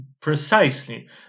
precisely